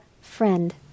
friend